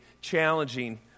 challenging